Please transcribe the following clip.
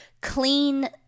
clean